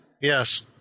Yes